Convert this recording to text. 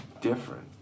different